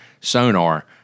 sonar